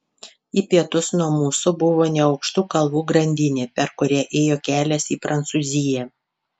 į pietus nuo mūsų buvo neaukštų kalvų grandinė per kurią ėjo kelias į prancūziją